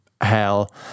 hell